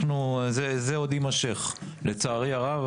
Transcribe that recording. זה עוד ימשך לצערי הרב,